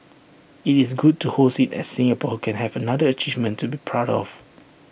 IT is good to host IT as Singapore can have another achievement to be proud of